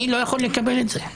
אני לא יכול לקבל את זה,